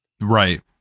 Right